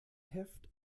heft